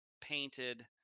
painted